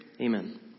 Amen